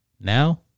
Now